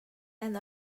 and